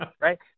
right